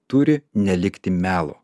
turi nelikti melo